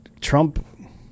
Trump